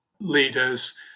leaders